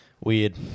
Weird